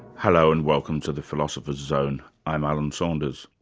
hello, and welcome to the philosopher's zone i'm alan saunders.